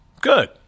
Good